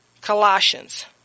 Colossians